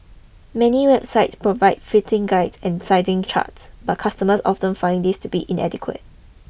many websites provide fitting guides and sizing charts but customers often find these to be inadequate